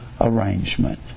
arrangement